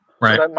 Right